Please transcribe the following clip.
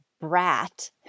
brat